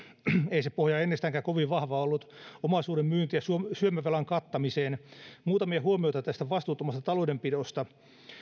ei se pohja ennestäänkään kovin vahva ollut omaisuuden myyntiin ja syömävelan kattamiseen muutamia huomioita tästä vastuuttomasta taloudenpidosta